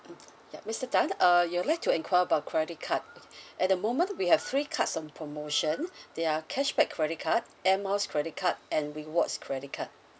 mm yup mister tan uh you'll like to enquire about credit card at the moment we have three cards on promotion they are cashback credit card Air Miles credit card and rewards credit card